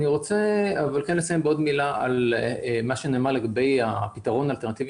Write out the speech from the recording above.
אני רוצה לסיים במילה על מה שנאמר לגבי הפתרון האלטרנטיבי